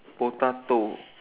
potato